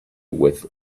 with